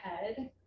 head